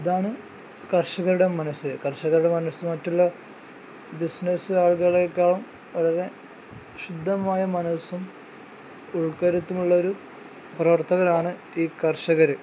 ഇതാണ് കർഷകരുടെ മനസ്സ് കർഷകരുടെ മനസ് മറ്റുള്ള ബിസിനസ്സ് ആളുകളെക്കാളും വളരെ ശുദ്ധമായ മനസ്സും ഉൾക്കരുത്തുമുള്ള ഒരു പ്രവർത്തികളാണ് ഈ കർഷകർ